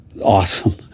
awesome